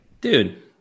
dude